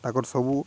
ଆଗର ସବୁ